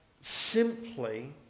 simply